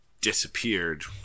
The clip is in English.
disappeared